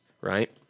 right